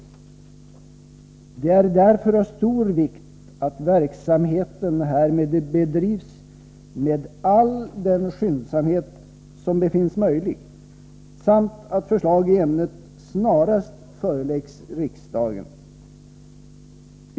Det är därför av stor vikt att verksamheten härmed bedrivs med all den skyndsamhet som befinns möjlig samt att förslag i ämnet snarast föreläggs riksdagen.